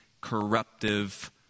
corruptive